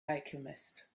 alchemist